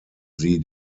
sie